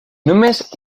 només